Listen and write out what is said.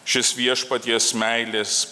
šis viešpaties meilės